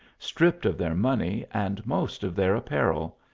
stripped of their money and most of their apparel,